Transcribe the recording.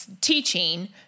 teaching